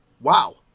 Wow